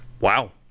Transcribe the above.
Wow